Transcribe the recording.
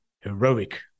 Heroic